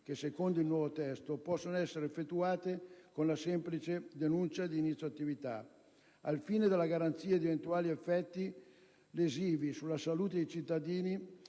che, secondo il nuovo testo, possono essere effettuate con la semplice denuncia di inizio attività. Al fine della garanzia di eventuali effetti lesivi sulla salute dei cittadini